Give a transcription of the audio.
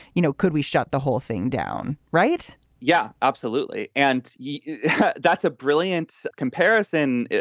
you know, could we shut the whole thing down? right yeah, absolutely. and yeah that's a brilliant comparison,